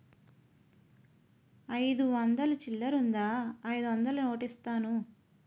అయిదు వందలు చిల్లరుందా అయిదొందలు నోటిస్తాను?